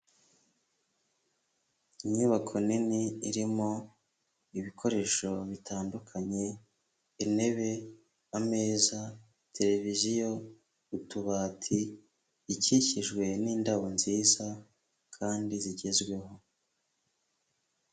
Inyubako nini irimo ibikoresho bitandukanye, intebe, ameza, tereviziyo, utubati, ikikijwe n'indabo nziza kandi zigezweho.